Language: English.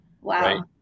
wow